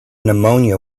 pneumonia